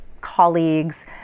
colleagues